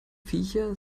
viecher